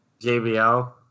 JBL